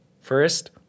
first